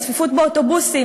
הצפיפות באוטובוסים,